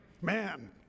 Man